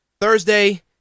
Thursday